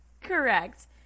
Correct